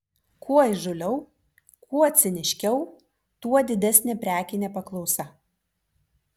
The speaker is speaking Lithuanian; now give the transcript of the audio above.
kuo įžūliau kuo ciniškiau tuo didesnė prekinė paklausa